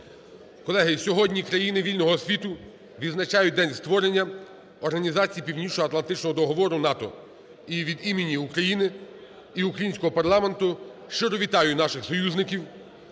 Колеги, сьогодні країни вільного світу відзначають день створення Організації Північноатлантичного договору НАТО. І від імені України і українського парламенту щиро вітаю наших союзників.